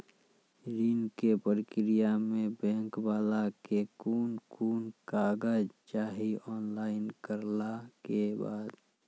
ऋण के प्रक्रिया मे बैंक वाला के कुन कुन कागज चाही, ऑनलाइन करला के बाद?